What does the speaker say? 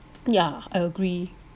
yeah I agree